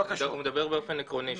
לא, הוא מדבר באופן עקרוני.